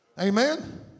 Amen